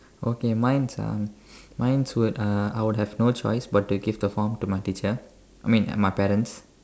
okay mine's uh mine's would uh I would have no choice but to give the form to my teacher I mean and my parents